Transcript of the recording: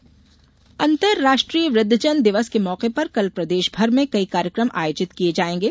वृद्धजन दिवस अंतराष्ट्रीय वृद्धजन दिवस के मौके पर कल प्रदेश भर में कई कार्यकम आयोजित किये जाएंगे